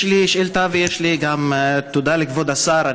יש לי שאילתה ויש לי גם תודה לכבוד השר.